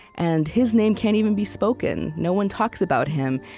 and his name can't even be spoken. no one talks about him,